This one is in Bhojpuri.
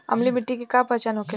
अम्लीय मिट्टी के का पहचान होखेला?